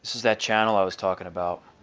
is that channel i was talking about